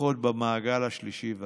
למשפחות במעגל השלישי והרביעי.